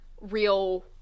real